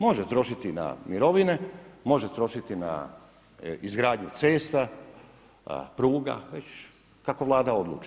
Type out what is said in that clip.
Može trošiti na mirovine, može trošiti na izgradnju cesta, pruga, već kako Vlada odluči.